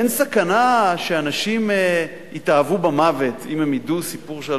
אין סכנה שאנשים יתאהבו במוות אם הם ידעו סיפור,